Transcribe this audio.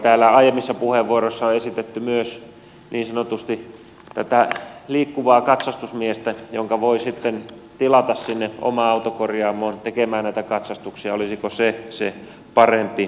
täällä aiemmissa puheenvuoroissa on esitetty myös tätä niin sanotusti liikkuvaa katsastusmiestä jonka voi sitten tilata sinne omaan autokorjaamoon tekemään näitä katsastuksia olisiko se se parempi ratkaisu